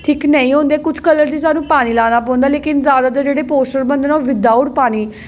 thick नेईं होंदे किश कलर गी साह्नूं पानी लाना पौंदा लेकिन जैदातर जेह्ड़े पोस्टर बनदे न ओह् विदआउट पानी